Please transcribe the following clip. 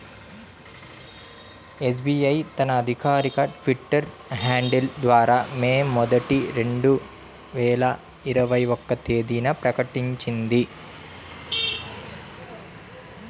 SBI తన అధికారిక Twitter handle ద్వారా మే మొదటి, రెండు వేల ఇరవై ఒక్క తేదీన ప్రకటించింది